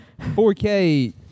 4K